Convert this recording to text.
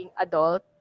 adult